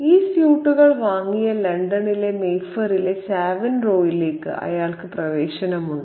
ഈ സ്യൂട്ടുകൾ വാങ്ങിയ ലണ്ടനിലെ മേഫെയറിലെ സാവിൽ റോയിലേക്ക് അയാൾക്ക് പ്രവേശനമുണ്ട്